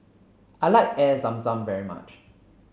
I like Air Zam Zam very much